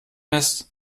ist